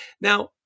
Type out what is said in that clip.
Now